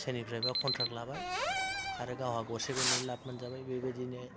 सोरनिफ्रायबा कनट्रेक्ट लाबाय आरो गावहा गरसे गरनै लाप मोनजाबाय बेबायदिनो